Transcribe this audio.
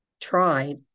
tried